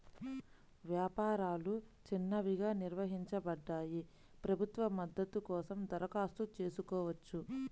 వ్యాపారాలు చిన్నవిగా నిర్వచించబడ్డాయి, ప్రభుత్వ మద్దతు కోసం దరఖాస్తు చేసుకోవచ్చు